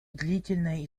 длительное